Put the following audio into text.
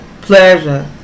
pleasure